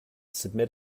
submit